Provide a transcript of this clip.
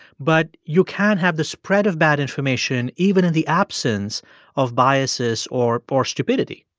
but you can have the spread of bad information even in the absence of biases or or stupidity